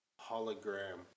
hologram